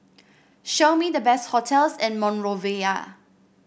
show me the best hotels in Monrovia